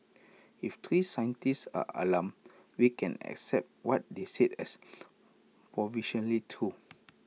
if three scientists are alarmed we can accept what they say as provisionally true